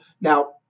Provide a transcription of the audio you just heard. Now –